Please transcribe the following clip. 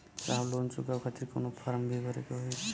साहब लोन चुकावे खातिर कवनो फार्म भी भरे के होइ?